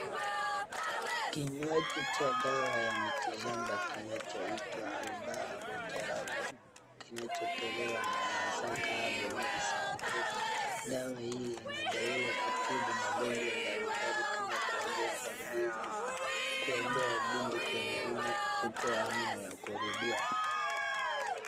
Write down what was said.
Kinywaji cha dawa ya miti shamba kinachoitwa ALBAA MUJARRABU , kinachotolewa na AHASAKA HERBAL MEDICINE GROUP . Dawa hii inadaiwa kutibu magonjwa mbalimbali kama kuongeza mbegu, kuondoa gundi kwenye umme, kutoa hamu ya kurudia.